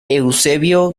eusebio